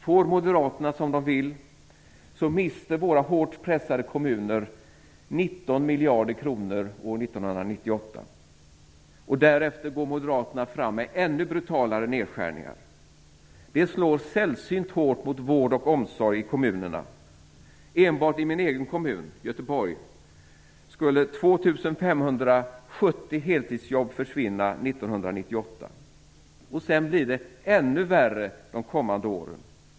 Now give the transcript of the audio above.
Får moderaterna som de vill mister våra hårt pressade kommuner 19 miljarder kronor år 1998. Därefter går Moderaterna fram med ännu brutalare nedskärningar. Det slår sällsynt hårt mot vård och omsorg i kommunerna. Enbart i min egen kommun, Sedan blir det ännu värre de kommande åren.